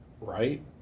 Right